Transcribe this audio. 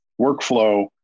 workflow